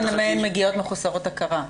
כמה מהן מגיעות מחוסרות הכרה?